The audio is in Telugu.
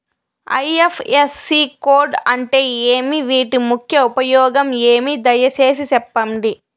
ఐ.ఎఫ్.ఎస్.సి కోడ్ అంటే ఏమి? వీటి ముఖ్య ఉపయోగం ఏమి? దయసేసి సెప్పండి?